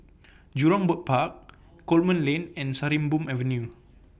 Jurong Bird Park Coleman Lane and Sarimbun Avenue